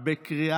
בעד, 17,